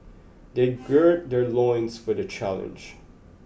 they gird their loins for the challenge